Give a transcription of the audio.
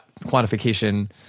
quantification